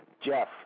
Jeff